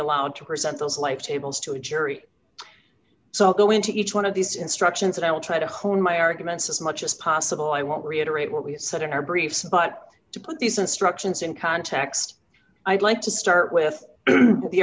allowed to present those light tables to a jury so go into each one of these instructions and i will try to hone my arguments as much as possible i won't reiterate what we said in our briefs but to put these instructions in context i'd like to start with the